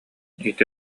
ити